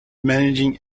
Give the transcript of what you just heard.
managing